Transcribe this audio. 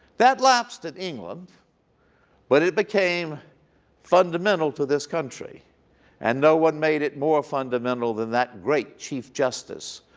that lapsed in england but it became fundamental to this country and no one made it more fundamental than that great chief justice,